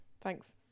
Thanks